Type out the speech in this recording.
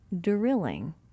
drilling